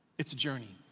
it's a journey.